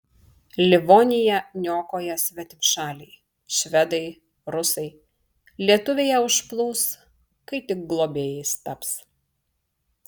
livoniją niokoja svetimšaliai švedai rusai lietuviai ją užplūs kai tik globėjais taps